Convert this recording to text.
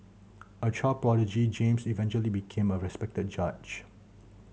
a child prodigy James eventually became a respected judge